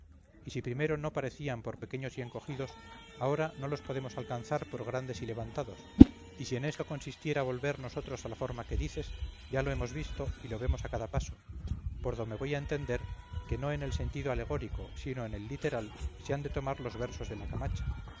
y si primero no parecían por pequeños y encogidos ahora no los podemos alcanzar por grandes y levantados y si en esto consistiera volver nosotros a la forma que dices ya lo hemos visto y lo vemos a cada paso por do me doy a entender que no en el sentido alegórico sino en el literal se han de tomar los versos de la camacha